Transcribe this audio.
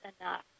enough